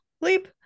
Leap